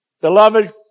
Beloved